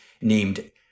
named